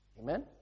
Amen